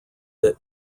that